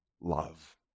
love